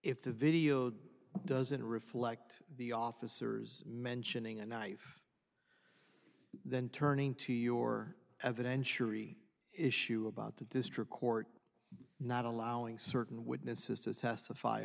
if the video doesn't reflect the officers mentioning a knife then turning to your evidentiary issue about the district court not allowing certain witnesses to testify